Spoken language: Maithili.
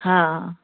हँ